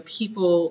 people